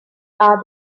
are